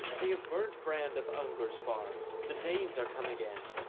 they have burnt brand of aynger's farm the danes are come again!